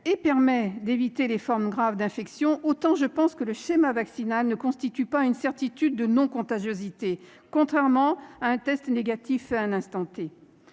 et permet d'éviter les formes graves d'infection, je pense que le schéma vaccinal ne constitue pas une certitude de non-contagiosité, contrairement à un test négatif fait à un instant